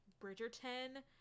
Bridgerton